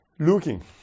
Looking